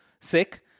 sick